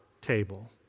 table